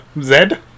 Zed